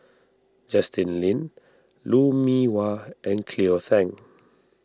Justin Lean Lou Mee Wah and Cleo Thang